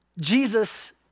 Jesus